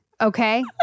Okay